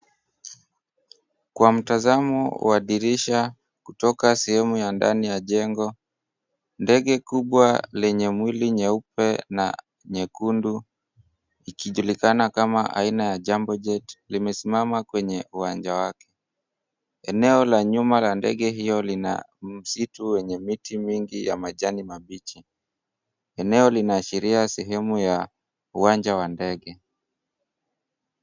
Kwa mtazamo wa dirisha kutoka sehemu ya ndani ya jengo, ndege kubwa lenye mwili nyeupe na nyekundu ikijulikana kama aina ya Jambo jet limesimama kwenye uwanja wake. Eneo la nyuma ya ndege hiyo ina msitu yenye miti mingi ya majani mabichi. Eneo linaashiria sehemu ya uwanja wa ndege.